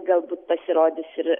galbūt pasirodys ir